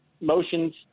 motions—